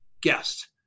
guest